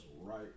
right